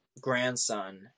grandson